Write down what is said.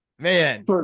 Man